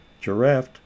Giraffe